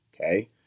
Okay